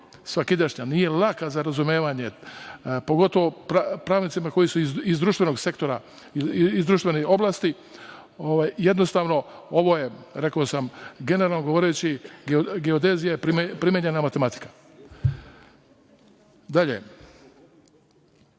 svakidašnja, nije laka za razumevanje, pogotovo pravnicima koji su iz društvenih oblasti. Jednostavno, rekao sam, generalno govoreći, geodezija je primenjena matematika. Dalje,